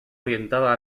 orientada